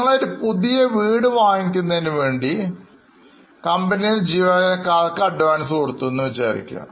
നിങ്ങൾ പുതിയ വീട് വാങ്ങുന്നതിനു വേണ്ടി വേണ്ടി കമ്പനിയിലെ ജീവനക്കാർക്ക് അഡ്വാൻസ് കൊടുത്തു എന്ന് വിചാരിക്കുക